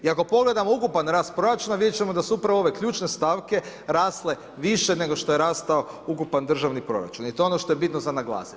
I ako pogledamo ukupni rast proračuna vidjeti ćemo da su upravo ove ključne stavke rasle više nego što je rastao ukupan državni proračun jer to je ono što je bitno za naglasiti.